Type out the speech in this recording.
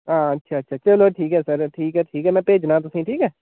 हां अच्छा अच्छा चलो ठीक ऐ सर ठीक ऐ ठीक ऐ मै भेजना तुसेंगी ठीक ऐ